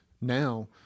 Now –